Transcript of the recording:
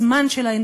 בזמן שלהן,